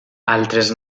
altres